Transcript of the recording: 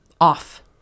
off